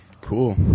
Cool